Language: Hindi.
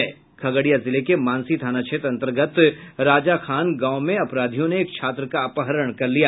खगड़िया जिले के मानसी थाना क्षेत्र अंतर्गत राजाखान गांव में अपराधियों ने एक छात्र का अपहरण कर लिया